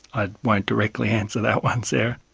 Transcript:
i won't directly answer that one sarah.